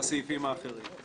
לסעיפים האחרים.